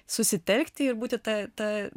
susitelkti ir būti ta ta